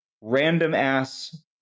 random-ass